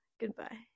goodbye